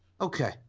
Okay